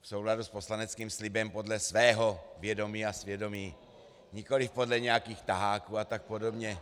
v souladu s poslaneckým slibem podle svého vědomí a svědomí, nikoliv podle nějakých taháků a tak podobně.